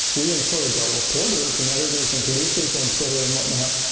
we encourage our reporters and editors and producers on twitter and whatnot.